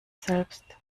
selbst